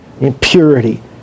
impurity